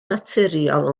naturiol